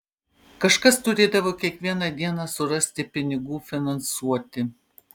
kažkas turėdavo kiekvieną dieną surasti pinigų finansuoti